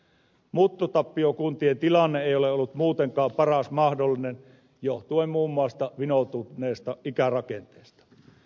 muuttotappiokuntien tilanne ei ole ollut muutenkaan paras mahdollinen johtuen muun muassa vinoutuneesta ikärakenteesta